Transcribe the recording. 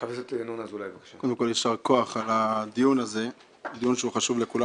שהם לא עומדים זה רק בסופו של תהליך שיש לזה כבר עוד משך זמן.